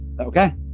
Okay